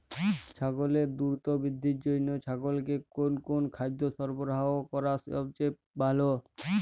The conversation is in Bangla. ছাগলের দ্রুত বৃদ্ধির জন্য ছাগলকে কোন কোন খাদ্য সরবরাহ করা সবচেয়ে ভালো?